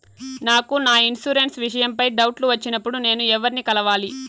నాకు నా ఇన్సూరెన్సు విషయం పై డౌట్లు వచ్చినప్పుడు నేను ఎవర్ని కలవాలి?